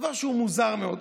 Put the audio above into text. דבר שהוא מוזר מאוד.